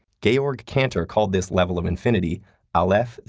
georg cantor called this level of infinity aleph-zero.